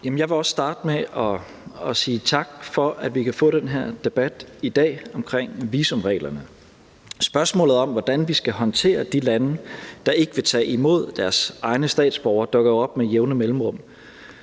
Jeg vil også starte med at sige tak for, at vi kan få den her debat i dag om visumreglerne. Spørgsmålet om, hvordan vi skal håndtere de lande, der ikke vil tage imod deres egne statsborgere, dukker jo op med jævne mellemrum,